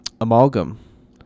Amalgam